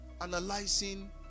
analyzing